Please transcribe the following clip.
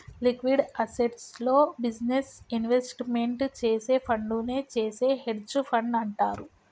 liquid అసెట్స్లో business investment చేసే ఫండునే చేసే హెడ్జ్ ఫండ్ అంటారు